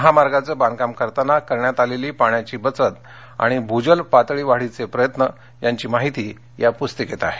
महामार्गाचं बांधकाम करताना करण्यात आलेली पाण्याची बचत आणिभूजल पातळी वाढीचे प्रयत्न याची माहिती या पूस्तिकेत आहे